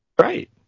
Right